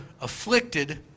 afflicted